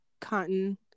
cotton